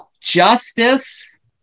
justice